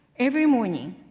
every morning,